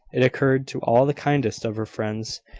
it occurred to all the kindest of her friends,